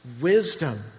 wisdom